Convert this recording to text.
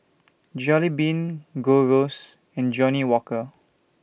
Jollibean Gold Roast and Johnnie Walker